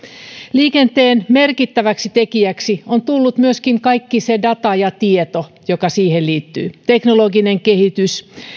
liikenteen merkittäväksi tekijäksi on tullut myöskin kaikki se data ja tieto joka siihen liittyy teknologinen kehitys ja